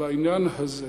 בעניין הזה,